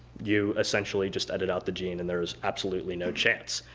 you essentially just edit out the gene and there is absolutely no chance,